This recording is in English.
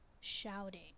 shouting